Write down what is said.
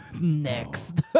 next